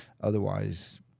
Otherwise